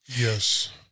yes